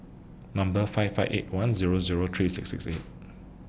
Number five five eight one Zero Zero three six six eight